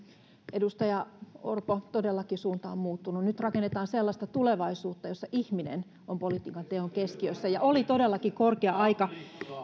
edustaja orpo todellakin suunta on muuttunut nyt rakennetaan sellaista tulevaisuutta jossa ihminen on politiikan teon keskiössä ja oli todellakin korkea aika